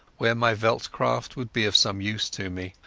where my veldcraft would be of some use to me,